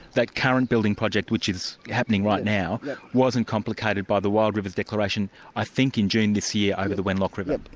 that current building project which is happening right now wasn't complicated by the wild rivers declaration i think in june this year over the wenlock river.